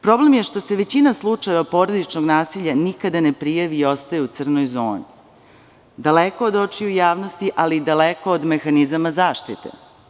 Problem je što se većina slučajeva porodičnog nasilja nikada ne prijavi i ostaje u crnoj zoni, daleko od očiju javnosti, ali daleko i od mehanizama zaštite.